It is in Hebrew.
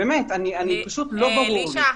פשוט לא ברור לי.